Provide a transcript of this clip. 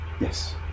Yes